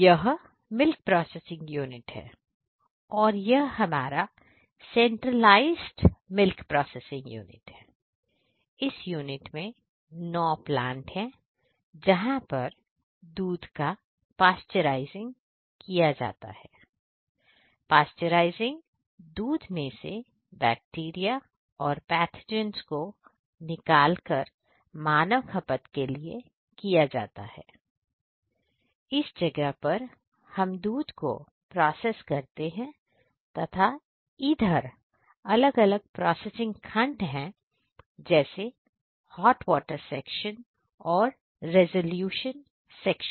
यह milk processing unit है और यह हमारा सेंट्रलाइज मिल्क प्रोसेसिंग यूनिट